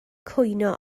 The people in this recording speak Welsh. cwyno